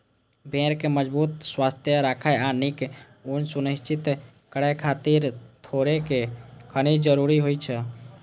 भेड़ कें मजबूत, स्वस्थ राखै आ नीक ऊन सुनिश्चित करै खातिर थोड़ेक खनिज जरूरी होइ छै